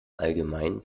allgemeinen